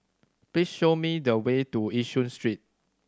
please show me the way to Yishun Street